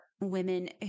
women